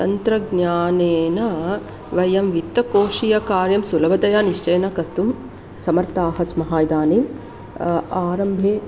तन्त्रज्ञानेन वयं वित्तकोषीयकार्यं सुलभतया निश्चयेन कर्तुं समर्थाः स्मः इदानीम् आरम्भे